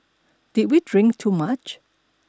did we drink too much